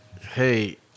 hey